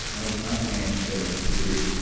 like no, it's not the game it's the other one, the truth.